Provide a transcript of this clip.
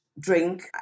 drink